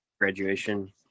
graduation